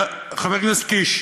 חבר הכנסת קיש,